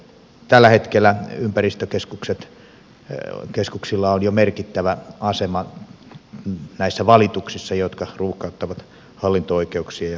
tällä hetkellä ympäristökeskuksilla on jo merkittävä asema valituksissa jotka ruuhkauttavat hallinto oikeuksia